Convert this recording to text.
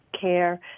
care